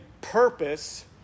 purpose